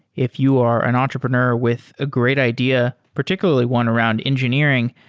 if you are an entrepreneur with a great idea particularly one around engineering,